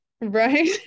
Right